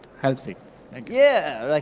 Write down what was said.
helps me, thank yeah, like